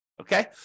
Okay